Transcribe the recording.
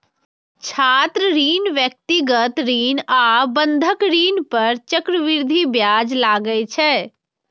छात्र ऋण, व्यक्तिगत ऋण आ बंधक ऋण पर चक्रवृद्धि ब्याज लागै छै